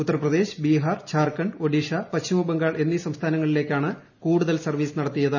ഉത്തർപ്രദേശ് ബീഹാർ ഝാർഖണ്ഡ് ഒഡീഷ പശ്ചിമബംഗാൾ എന്നീ സംസ്ഥാനങ്ങളിലേയ്ക്കാണ് കൂടുതൽ സർവ്വീസ് നടത്തിയത്